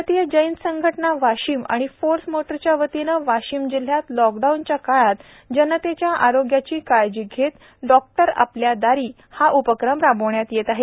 भारतीय जैन संघटना वाशीम आणि फोर्स मोटारच्यावतीने वाशीम जिल्हयात लॉकडाउनच्या काळात जनतेच्या आरोग्याची काळजी घेत डॉक्टर आपल्या दारी हा उपक्रम राबविण्यात येत आहे